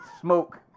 Smoke